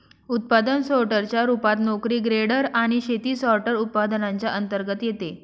उत्पादन सोर्टर च्या रूपात, नोकरी ग्रेडर आणि शेती सॉर्टर, उत्पादनांच्या अंतर्गत येते